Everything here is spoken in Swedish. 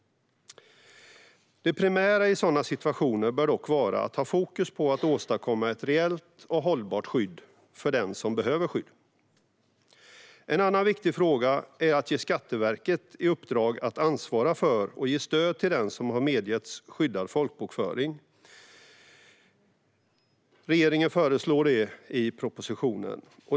Det primära i sådana situationer bör dock vara att ha fokus på att åstadkomma ett reellt och hållbart skydd för den som behöver det. En annan viktig fråga är att ge Skatteverket i uppdrag att ansvara för och ge stöd till den som har medgetts skyddad folkbokföring. Regeringen föreslår det i propositionen.